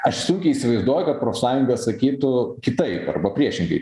aš sunkiai įsivaizduoju kad profsąjunga sakytų kitaip arba priešingai